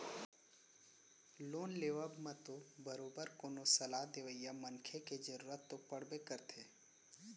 loan लेवब म तो बरोबर कोनो सलाह देवइया मनसे के जरुरत तो पड़बे करथे